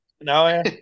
no